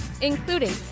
including